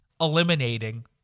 eliminating